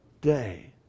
day